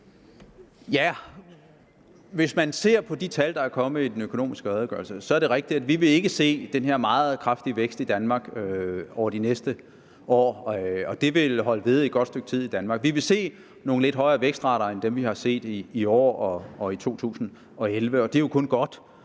Ja, hvis man ser på de tal, der er kommet i den økonomiske redegørelse, er det rigtigt, at vi ikke vil se den her meget kraftige vækst i Danmark over de næste år, og det vil holde ved et godt stykke tid i Danmark. Vi vil se nogle lidt højere vækstrater end dem, vi har set i år og i 2011, og det er jo kun godt.